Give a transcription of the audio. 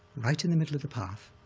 right in the middle of the path,